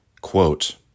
Quote